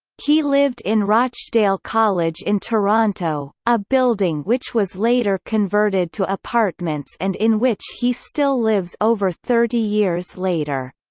he lived in rochdale college in toronto, a building which was later converted to apartments and in which he still lives over thirty years later.